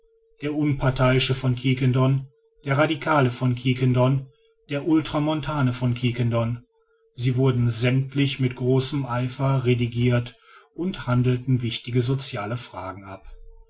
der unparteiische von quiquendone der radicale von quiquendone der ultramontane von quiquendone sie wurden sämmtlich mit großem eifer redigirt und handelten wichtige sociale fragen ab